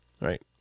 Right